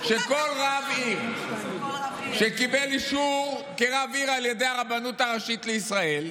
כל רב עיר שקיבל אישור כרב עיר על ידי הרבנות הראשית לישראל,